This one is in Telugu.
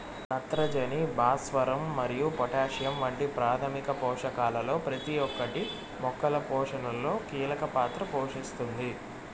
నత్రజని, భాస్వరం మరియు పొటాషియం వంటి ప్రాథమిక పోషకాలలో ప్రతి ఒక్కటి మొక్కల పోషణలో కీలక పాత్ర పోషిస్తుంది